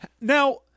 Now